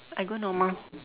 I go normal